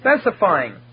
specifying